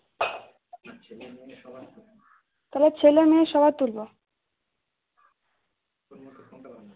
তাহলে ছেলে মেয়ে সবার তুলবো